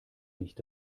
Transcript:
nicht